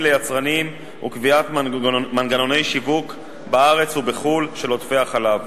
ליצרנים וקביעת מנגנוני שיווק בארץ ובחו"ל של עודפי החלב,